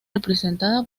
representada